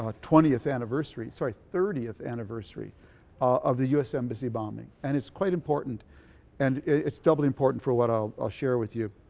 ah twentieth anniversary, sorry thirtieth anniversary of the us embassy bombing and it's quite important and it's doubly important for what i'll ah share with you.